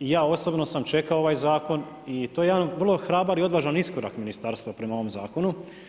i ja osobno sam čekao ovaj zakon i to je jedan vrlo hrabar i odvažan iskorak ministarstva prema ovom zakonu.